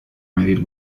medir